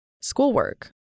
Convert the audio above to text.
schoolwork